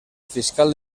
fiscal